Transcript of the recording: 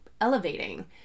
elevating